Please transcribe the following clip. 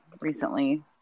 recently